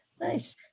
Nice